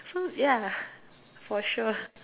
so ya for sure